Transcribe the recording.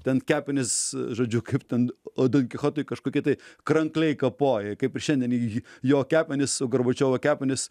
ten kepenys žodžiu kaip ten o donkichotui kažkokie tai krankliai kapoja kaip šiandien jį jo kepenis gorbačiovo kepenis